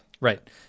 Right